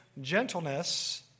gentleness